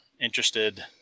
interested